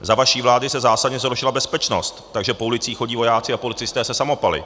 Za vaší vlády se zásadně zhoršila bezpečnost, takže po ulicích chodí vojáci a policisté se samopaly.